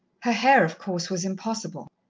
her hair, of course, was impossible.